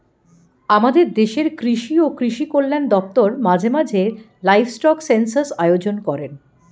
আমাদের দেশের কৃষি ও কৃষি কল্যাণ দপ্তর মাঝে মাঝে লাইভস্টক সেন্সাস আয়োজন করেন